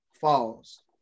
falls